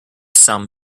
sum